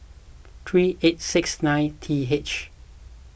three eight six nine T H